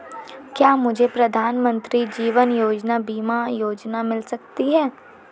क्या मुझे प्रधानमंत्री जीवन ज्योति बीमा योजना मिल सकती है?